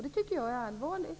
Det tycker jag är allvarligt.